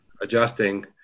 adjusting